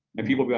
and people go